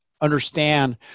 understand